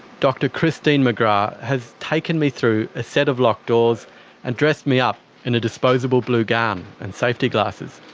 dr kristine mcgrath has taken me through a set of locked doors and dressed me up in a disposable disposable blue gown and safety glasses.